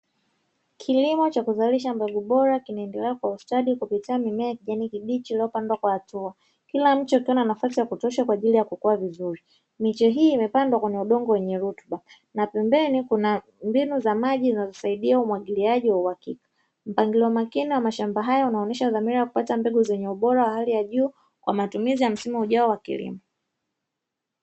Kilimo cha kuzalisha mbegu bora, kinaendelea kwa ustadi kupitia mimea ya kijani kibichi iliyopandwa kwa hatua. Kila mche ukiwa na nafasi ya kutosha kwa ajili ya kukua vizuri. Miche hii imependwa kwenye udongo wenye rutuba, na pembeni kuna mbinu za maji zinzosaidia umwagiliaji wa uhakika. Mpangilio makini wa mashamba hayo unaonyesha dhamira ya kupata mbegu zenye bora wa hali ya juu, kwa matumizi ya msimu ujao wa kilimo.